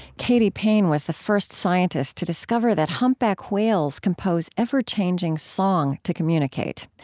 katy payne was the first scientist to discover that humpback whales compose ever-changing song to communicate.